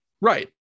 Right